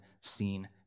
seen